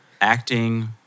Acting